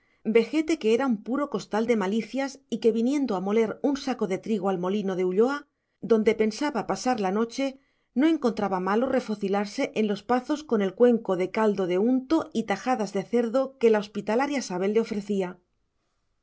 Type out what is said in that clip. vejete que era un puro costal de malicias y que viniendo a moler un saco de trigo al molino de ulloa donde pensaba pasar la noche no encontraba malo refocilarse en los pazos con el cuenco de caldo de unto y tajadas de cerdo que la hospitalaria sabel le ofrecía